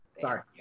sorry